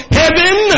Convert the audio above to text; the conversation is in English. heaven